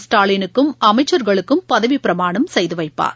ஸ்டாலினுக்கும் அமைச்சர்களுக்கும் பதவிப்பிரமாணம் செய்துவைப்பார்